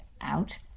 out